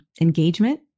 engagement